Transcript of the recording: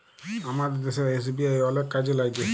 আমাদের দ্যাশের এস.বি.আই অলেক কাজে ল্যাইগে